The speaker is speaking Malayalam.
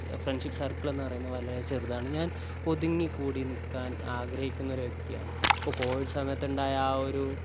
ഫ്രണ്ട്ഷിപ്പ് സർക്കിൾ എന്ന് പറയുന്നത് വളരെ ചെറുതാണ് ഞാൻ ഒതുങ്ങിക്കൂടി നിൽക്കാൻ ആഗ്രഹിക്കുന്നൊരു വ്യക്തിയാണ് ഇപ്പം കോവിഡ് സമയത്ത് ഉണ്ടായ ആ ഒരു